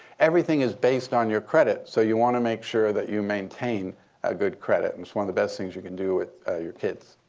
everything is based on your credit. so you want to make sure that you maintain ah good credit. it's one of the best things you can do with your kids.